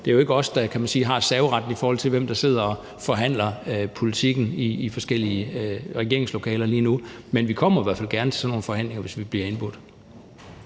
det er jo ikke os, der, kan man sige, har serveretten, i forhold til hvem der sidder og forhandler om politikken i forskellige regeringslokaler lige nu. Men vi kommer i hvert fald gerne til sådan nogle forhandlinger, hvis vi bliver indbudt.